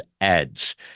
ads